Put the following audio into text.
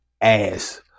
ass